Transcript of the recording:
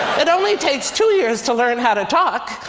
it only takes two years to learn how to talk.